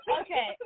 Okay